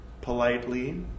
politely